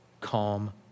calm